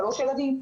שלושה ילדים.